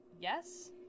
yes